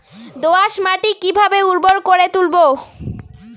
দোয়াস মাটি কিভাবে উর্বর করে তুলবো?